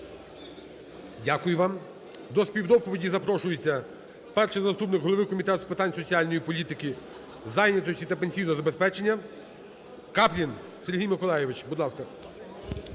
Дякую вам. До співдоповіді запрошується перший заступник голови Комітету з питань соціальної політики, зайнятості та пенсійного забезпечення Каплін Сергій Миколайович, будь ласка.